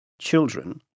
children